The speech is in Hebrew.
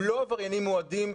הם לא עבריינים מועדים.